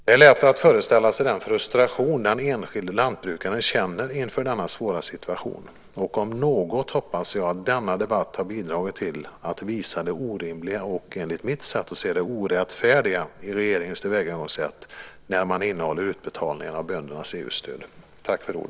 Det är lätt att föreställa sig den frustration den enskilde lantbrukaren känner inför denna svåra situation. Om något hoppas jag att denna debatt har bidragit till att visa det orimliga och, enligt mitt sätt att se det, orättfärdiga i regeringens tillvägagångssätt när man innehåller utbetalningarna av böndernas EU-stöd.